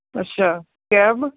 ਅੱਛਾ ਕੈਬ